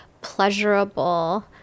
pleasurable